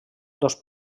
dos